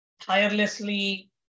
tirelessly